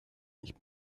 nicht